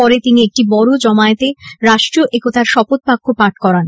পরে তিনি একটি বড় জমায়েতে রাষ্ট্রীয় একতার শপথ বাক্য পাঠ করান